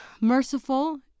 merciful